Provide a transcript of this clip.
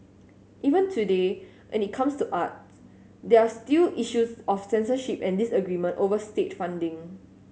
even today when it comes to arts there are still issues of censorship and disagreement over state funding